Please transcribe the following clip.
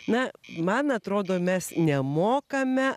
na man atrodo mes nemokame